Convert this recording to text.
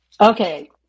Okay